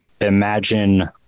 imagine